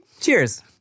Cheers